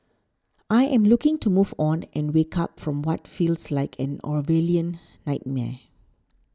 I am looking to move on and wake up from what feels like an Orwellian nightmare